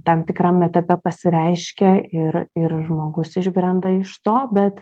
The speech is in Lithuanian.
tam tikram etape pasireiškia ir ir žmogus išbrenda iš to bet